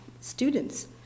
students